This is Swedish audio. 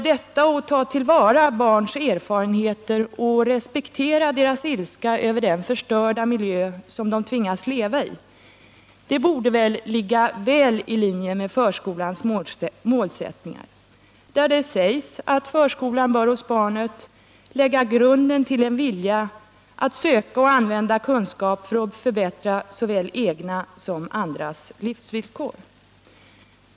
Att ta till vara barns erfarenheter och respektera deras ilska över den förstörda miljö de tvingas leva i borde ligga väl i linje med förskolans målsättningar, där det sägs att förskolan bör hos barnet lägga grunden till en vilja att söka och använda kunskap för att förbättra såväl egna som andras livsvillkor.